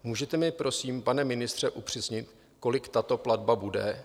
Můžete mi prosím, pane ministře, upřesnit, kolik tato platba bude?